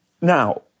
Now